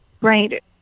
Right